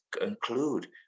include